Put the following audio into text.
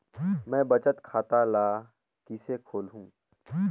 मैं बचत खाता ल किसे खोलूं?